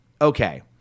okay